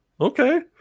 Okay